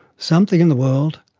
something in the world,